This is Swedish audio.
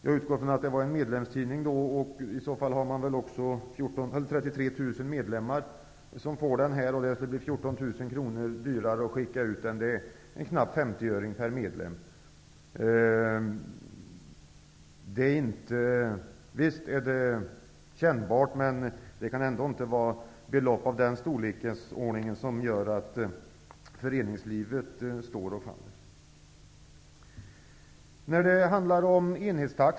Jag utgår ifrån att det är en medlemstidning, och i så fall har man väl också 33 000 medlemmar. Om det blir 14 000 kronor dyrare att skicka ut tidningen, så är det en knapp 50-öring per medlem. Visst är det kännbart, men det kan ändå inte vara belopp av den storleksordningen som avgör om föreningslivet står eller faller.